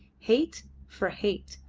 hate for hate.